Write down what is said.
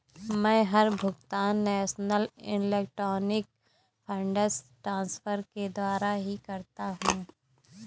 मै हर भुगतान national electronic funds transfer के द्वारा ही करता हूँ